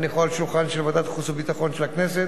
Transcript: ולהניחו על שולחן ועדת החוץ והביטחון של הכנסת